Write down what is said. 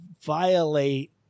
violate